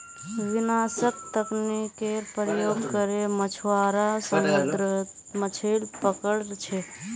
विनाशक तकनीकेर प्रयोग करे मछुआरा समुद्रत मछलि पकड़ छे